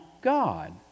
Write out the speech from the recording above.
God